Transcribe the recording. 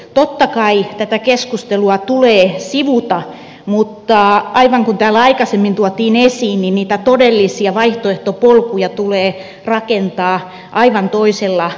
totta kai tätä keskustelua tulee sivuta mutta aivan niin kuin täällä aikaisemmin tuotiin esiin niitä todellisia vaihtoehtopolkuja tulee rakentaa aivan toisella pieteetillä